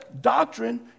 doctrine